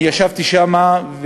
אני ישבתי שם.